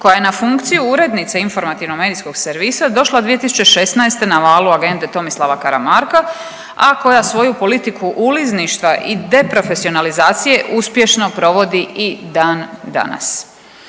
koja je na funkciju urednice informativno-medijskog servisa došla 2016. na valu agende Tomislava Karamarka, a koja svoju politiku ulizništva i deprofesionalizacije uspješno provodi i dan danas.